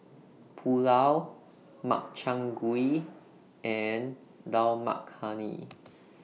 Pulao Makchang Gui and Dal Makhani